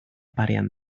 parean